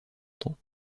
temps